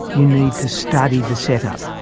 you need to study the set-up.